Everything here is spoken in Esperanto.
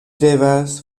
devas